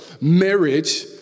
marriage